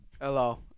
Hello